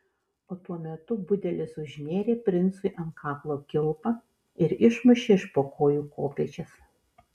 o tuo metu budelis užnėrė princui ant kaklo kilpą ir išmušė iš po kojų kopėčias